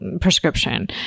prescription